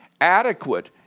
adequate